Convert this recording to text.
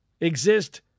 exist